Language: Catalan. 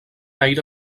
aire